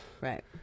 right